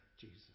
Jesus